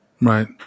Right